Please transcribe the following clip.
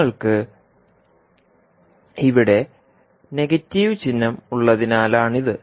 നിങ്ങൾക്ക് ഇവിടെ നെഗറ്റീവ് ചിഹ്നം ഉള്ളതിനാലാണിത്